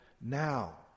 now